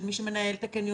של מי שמנהל את הקניונים,